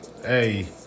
Hey